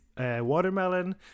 watermelon